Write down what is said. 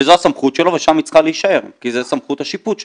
וזו הסמכות שלו ושם היא צריכה להישאר כי זו סמכות השיפוט שלו.